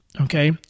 okay